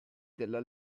della